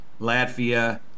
Latvia